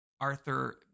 Arthur